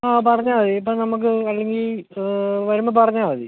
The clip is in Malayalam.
ആ പറഞ്ഞാൽ മതി ഇപ്പോൾ നമുക്ക് അല്ലെങ്കിൽ വരുമ്പോൾ പറഞ്ഞാൽ മതി